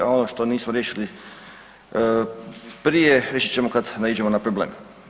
A ono što nismo riješili prije riješit ćemo kad naiđemo na problem.